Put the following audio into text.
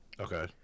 Okay